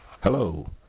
Hello